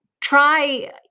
try